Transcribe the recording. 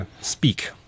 speak